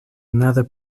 another